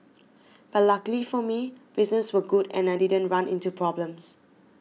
but luckily for me business was good and I didn't run into problems